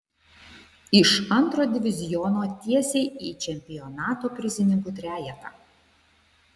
iš antro diviziono tiesiai į čempionato prizininkų trejetą